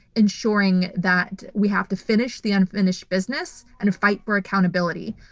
ensuring that we have to finish the unfinished business and a fight for accountability.